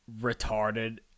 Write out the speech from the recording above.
retarded